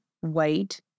white